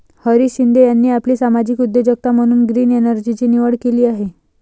हरीश शिंदे यांनी आपली सामाजिक उद्योजकता म्हणून ग्रीन एनर्जीची निवड केली आहे